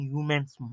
Human's